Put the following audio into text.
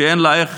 כשאין לה איך